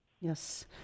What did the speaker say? Yes